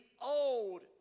old